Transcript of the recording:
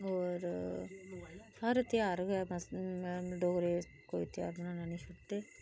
और हर त्योहार गै बस डोगरा कोई त्योहार बनाना नेईं छोड़दे